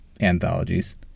anthologies